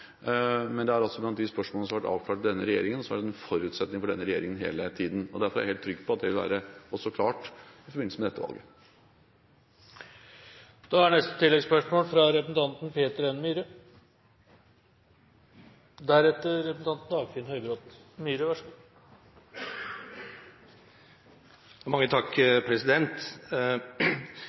men det er altså blant de spørsmålene som har vært avklart i denne regjeringen, og er en forutsetning for denne regjeringen hele tiden. Derfor er jeg helt trygg på at det vil være klart også i forbindelse med dette